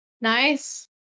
Nice